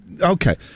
okay